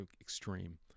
extreme